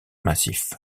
massif